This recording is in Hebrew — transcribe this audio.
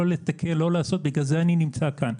לא לעשות ובגלל זה אני נמצא כאן.